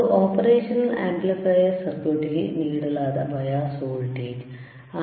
ಅದು operational amplifier circuit ಗೆ ನೀಡಲಾದ ಬಯಾಸ್ ವೋಲ್ಟೇಜ್ ಆಗಿದೆ